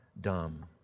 dumb